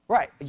Right